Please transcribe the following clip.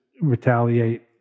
retaliate